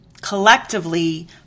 collectively